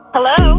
Hello